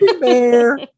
bear